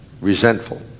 resentful